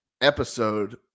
episode